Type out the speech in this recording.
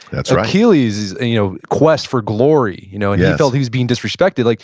that's achilles' and you know quest for glory, you know and he felt he was being disrespected, like